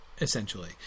essentially